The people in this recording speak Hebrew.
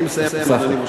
אני מסיים, אדוני.